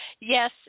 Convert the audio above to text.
yes